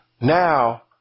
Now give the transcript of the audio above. Now